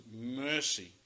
mercy